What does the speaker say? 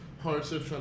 hardship